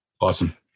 Awesome